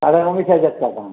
সাড়ে উনিশ হাজার টাকা